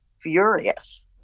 furious